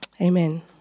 amen